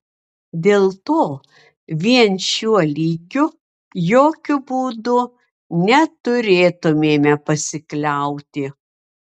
dėl to vien šiuo lygiu jokiu būdu neturėtumėme pasikliauti